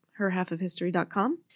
herhalfofhistory.com